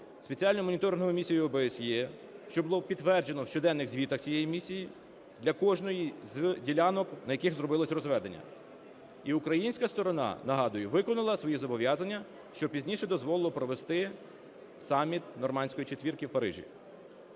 Спеціальною моніторинговою місією ОБСЄ, що було підтверджено в щоденних звітах цієї місії для кожної з ділянок, на яких зробилося розведення. І українська сторона, нагадую, виконала свої зобов'язання, що пізніше дозволило провести саміт "нормандської четвірки" в Парижі.